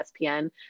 ESPN